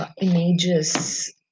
images